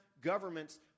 governments